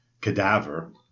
cadaver